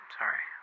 sorry